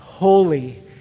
holy